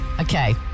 Okay